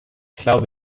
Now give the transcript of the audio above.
glaube